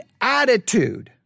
attitude